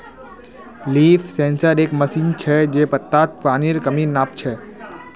leaf sensor एक machine छ जे पत्तात पानीर कमी नाप छ